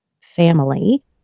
family